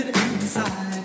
inside